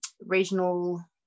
regional